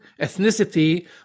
ethnicity